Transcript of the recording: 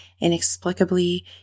inexplicably